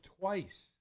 twice